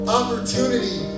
opportunity